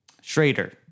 Schrader